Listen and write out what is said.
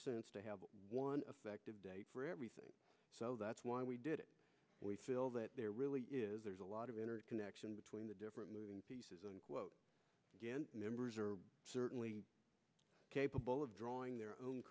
sense to have one effect for everything so that's why we did it we feel that there really is there's a lot of interconnection between the different moving pieces and members are certainly capable of drawing their own